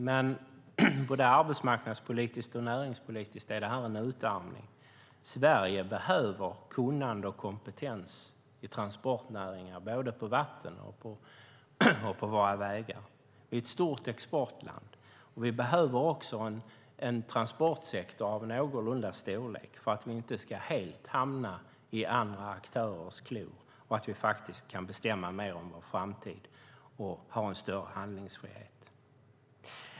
Men både arbetsmarknadspolitiskt och näringspolitiskt är detta en utarmning. Sverige behöver kunnande och kompetens i transportnäringen både på vatten och på våra vägar. Vi är ett stort exportland, och vi behöver en transportsektor som är någorlunda stor för att vi inte ska hamna helt i andra aktörers klor och för att vi ska kunna bestämma mer om vår framtid och ha en större handlingsfrihet.